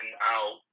out